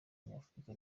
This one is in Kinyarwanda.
nyafurika